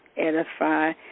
edify